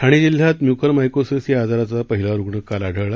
ठाणे जिल्ह्यात mucormycosis या आजाराचा पहिला रुग्ण काल आढळला